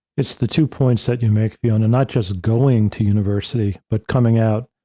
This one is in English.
it's the two points that you make, fiona, not just going to university, but coming out,